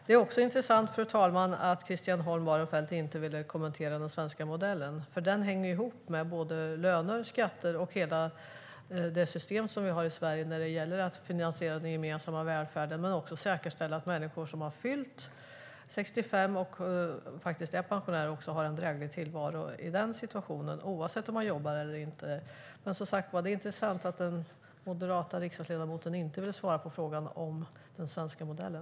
Det är också intressant, fru talman, att Christian Holm Barenfeld inte ville kommentera den svenska modellen. Den hänger ihop med löner, skatter och hela det system vi har i Sverige när det gäller att finansiera den gemensamma välfärden men också säkerställa att människor som har fyllt 65 och är pensionärer har en dräglig tillvaro oavsett om de jobbar eller inte. Som sagt är det intressant att den moderata riksdagsledamoten inte ville svara på frågan om den svenska modellen.